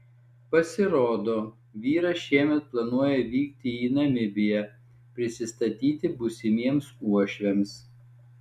pasirodo vyras šiemet planuoja vykti į namibiją prisistatyti būsimiems uošviams